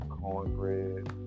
cornbread